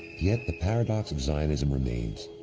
yet the paradox of zionism remains.